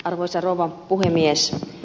arvoisa rouva puhemies